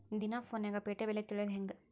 ದಿನಾ ಫೋನ್ಯಾಗ್ ಪೇಟೆ ಬೆಲೆ ತಿಳಿಯೋದ್ ಹೆಂಗ್?